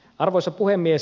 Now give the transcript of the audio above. arvoisa puhemies